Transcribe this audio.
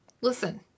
Listen